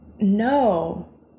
No